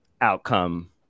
outcome